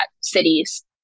cities